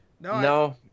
No